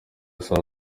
saa